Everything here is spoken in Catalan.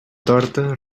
torta